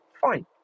Fine